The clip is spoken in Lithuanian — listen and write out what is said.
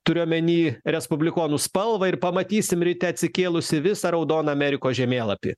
turiu omeny respublikonų spalvą ir pamatysim ryte atsikėlusį visą raudoną amerikos žemėlapį